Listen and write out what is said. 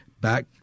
back